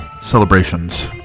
celebrations